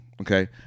okay